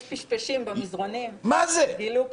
יש פשפשים במזרונים, גילו פתאום.